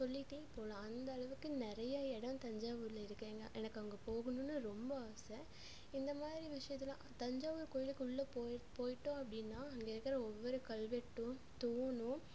சொல்லிட்டே போகலாம் அந்தளவுக்கு நிறைய இடம் தஞ்சாவூரில் இருக்கு எங்கே எனக்கு அங்கே போகணும்னு ரொம்ப ஆசை இந்தமாதிரி விஷயத்தில் தஞ்சாவூர் கோவிலுக்கு உள்ளே போய் போய்ட்டோம் அப்படின்னா அங்கேருக்குற ஒவ்வொரு கல்வெட்டும் தூணும்